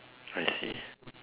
I see